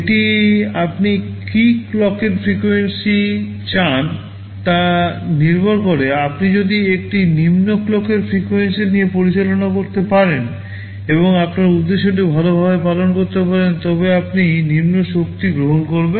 এটি আপনি কী ক্লকের ফ্রিকোয়েন্সি চান তা নির্ভর করে আপনি যদি একটি নিম্ন ক্লকের ফ্রিকোয়েন্সি নিয়ে পরিচালনা করতে পারেন এবং আপনার উদ্দেশ্যটি ভালভাবে পালন করতে পারেন তবে আপনি নিম্ন শক্তি গ্রহণ করবেন